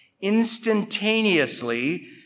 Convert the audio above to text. instantaneously